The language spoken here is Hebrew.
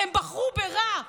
הם בחרו ברע,